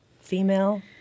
female